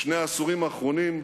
בשני העשורים האחרונים,